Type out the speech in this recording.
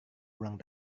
ulang